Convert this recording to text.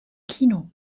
kino